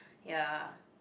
ya